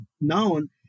known